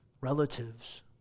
relatives